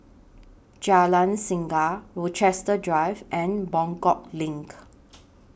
Jalan Singa Rochester Drive and Buangkok LINK